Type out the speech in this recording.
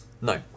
No